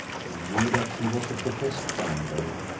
he knew that she was a professed gambler,